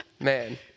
Man